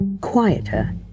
Quieter